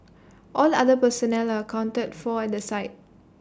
all other personnel are accounted for at the site